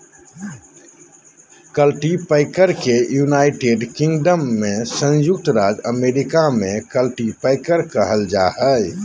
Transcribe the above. cultipacker के United Kingdom में संयुक्त राज्य अमेरिका में कल्टीपैकर कहल जा हइ